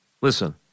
listen